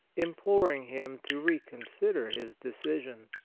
imploring him to reconsider his decision.